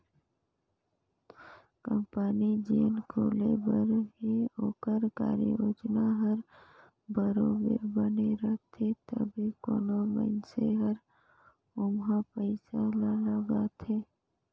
company जेन खुले बर हे ओकर कारयोजना हर बरोबेर बने रहथे तबे कोनो मइनसे हर ओम्हां पइसा ल लगाथे